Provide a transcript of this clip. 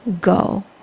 go